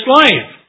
life